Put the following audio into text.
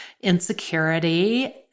insecurity